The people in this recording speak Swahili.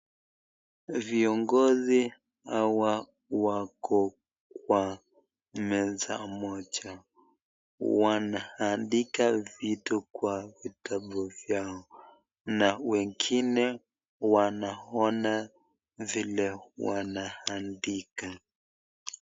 Viongizi hawa wako kwa meza moja, Wanaandika vitu kwa vitabu vyao na wengine wamaona vile wanaandika.